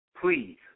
please